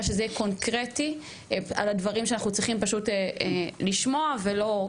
שזה יהיה קונקרטי על הדברים שאנחנו צריכים פשוט לשמוע ולא,